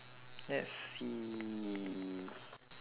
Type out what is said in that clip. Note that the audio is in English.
let's see